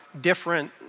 different